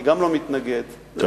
אני גם לא מתנגד לכך.